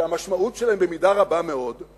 שהמשמעות שלהן, במידה רבה מאוד, היא